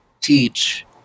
teach